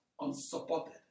unsupported